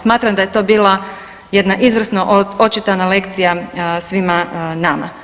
Smatram da je to bila jedna izvrsno očitana lekcija svima nama.